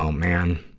um man.